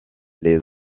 les